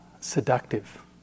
seductive